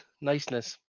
niceness